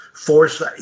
force